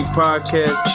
podcast